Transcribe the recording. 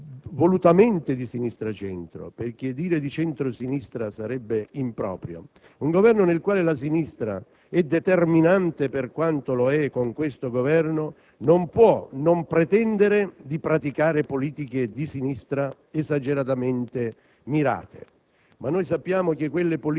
Un Governo di sinistra-centro (dico volutamente di sinistra-centro perché dire di centro-sinistra sarebbe improprio), un Governo nel quale la sinistra è determinante, per quanto lo è con questo Governo, non può non pretendere di praticare politiche di sinistra